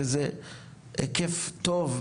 שזה היקף טוב,